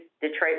Detroit